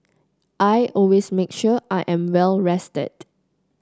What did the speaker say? I always make sure I am well rested